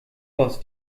boss